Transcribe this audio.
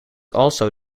also